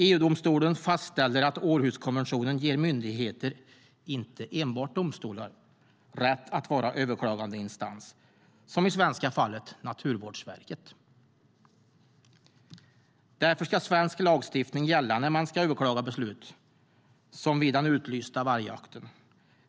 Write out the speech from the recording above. EU-domstolen fastställer att Århuskonventionen ger myndigheter, inte enbart domstolar, rätt att vara överklagandeinstans, som i det svenska fallet Naturvårdsverket. Därför ska svensk lagstiftning gälla vid överklagande av beslut som när det gäller den utlysta vargjakten.